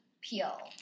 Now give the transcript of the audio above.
peel